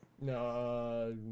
no